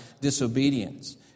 disobedience